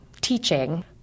teaching